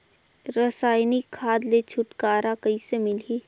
रसायनिक खाद ले छुटकारा कइसे मिलही?